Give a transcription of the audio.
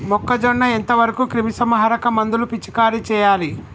మొక్కజొన్న ఎంత వరకు క్రిమిసంహారక మందులు పిచికారీ చేయాలి?